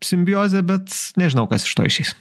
simbiozė bet nežinau kas iš to išeis